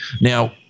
Now